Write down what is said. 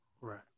Right